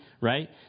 right